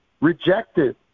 Rejected